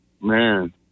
man